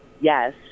Yes